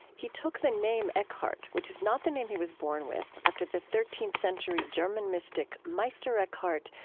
he took the name eckhart, which is not the name he was born with, after the thirteenth century german mystic meister eckhart,